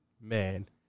Man